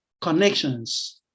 connections